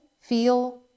feel